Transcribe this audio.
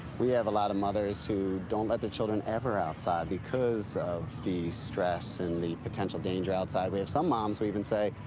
we have a lot of mothers who don't let their children ever outside because of the stress and the potential danger outside. we have some moms who even say,